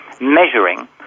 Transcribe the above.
measuring